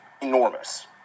enormous